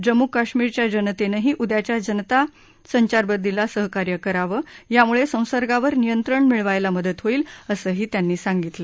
जम्मू कश्मीरच्या जनतेनंही उद्याच्या जनता कर्प्यूला सहकार्य करावं त्यामुंळे संसर्गावर नियंत्रण मिळवायला मदत होईल असंही त्यांनी सांगितलं